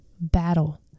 battle